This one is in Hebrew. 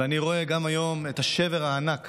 ואני רואה גם היום את השבר הענק